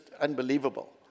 unbelievable